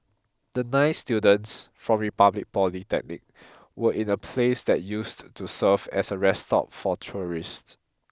the nine students from Republic Polytechnic were in a place that used to serve as a rest stop for tourists